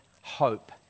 hope